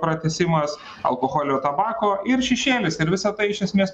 pratęsimas alkoholio ir tabako ir šešėlis ir visa tai iš esmės